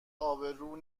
ابرو